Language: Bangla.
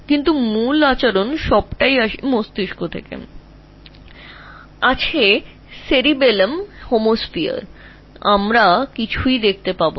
তবে বেস লাইন আচরণের সবকিছু মস্তিষ্ক থেকে আসছে নেমে এস আমাদের সেরিবেলিয়াম গোলার্ধ রয়েছে আমরা কিছুই দেখতে পাব না